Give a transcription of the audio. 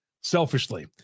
selfishly